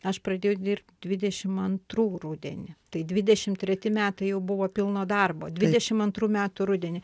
aš pradėjau dirbti dvidešim antrų rudenį tai dvidešimt treti metai jau buvo pilno darbo dvidešimt antrų metų rudenį